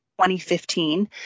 2015